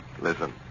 Listen